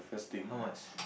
how much